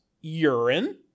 urine